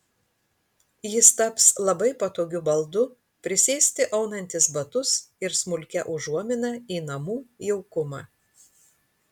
jis taps labai patogiu baldu prisėsti aunantis batus ir smulkia užuomina į namų jaukumą